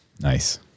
Nice